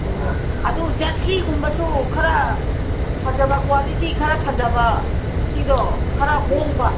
ꯑꯣ ꯑꯗꯨ ꯖꯔꯁꯤꯒꯨꯝꯕꯁꯨ ꯈꯔ ꯐꯖꯕ ꯀ꯭ꯋꯥꯂꯤꯇꯤ ꯈꯔ ꯐꯖꯕ ꯐꯤꯗꯣ ꯈꯔ ꯍꯣꯡꯕ